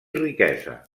riquesa